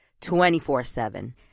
24-7